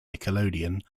nickelodeon